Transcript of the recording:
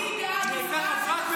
אני בעד עסקה שתחזיר את כולם.